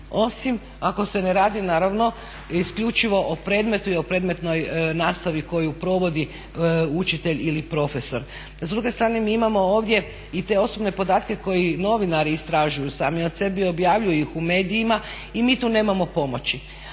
osim ako se ne radi naravno isključivo o predmetu i predmetnoj nastavi koju provodi učitelj ili profesor. S druge strane mi imamo ovdje i te osobne podatke koje novinari istražuju sami od sebe i objavljuju ih u medijima i mi tu nemamo pomoći.